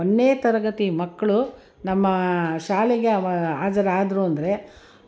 ಒಂದ್ನೇ ತರಗತಿ ಮಕ್ಕಳು ನಮ್ಮ ಶಾಲೆಗೆ ಹಾಜರಾದರು ಅಂದರೆ